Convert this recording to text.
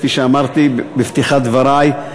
כפי שאמרתי בתחילת דברי,